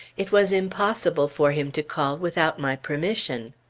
it was impossible for him to call without my permission.